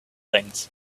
things